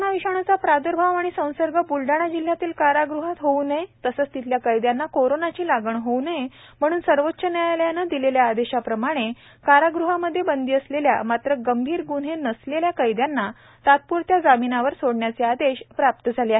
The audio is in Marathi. कोरोना विषाणूचा प्रादुर्भाव आणि संसर्ग ब्लडाणा जिल्ह्यातील कारागृहात होवू नये तसेच तेथील कैदयांना कोरोनाची लागण होव् नये म्हणून सर्वोच्च न्यायालयाने दिलेल्या आदेशाप्रमाणे कारागृहामध्ये बंदी असलेल्या मात्र गंभीर गृन्हे नसलेल्या कैदयांना तात्प्रत्या जामिनावर सोडण्याचे आदेश प्राप्त झाले आहे